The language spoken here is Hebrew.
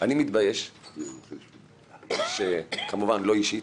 אני מתבייש כמובן, לא אישית.